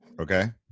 Okay